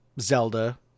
Zelda